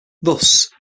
thus